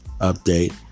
update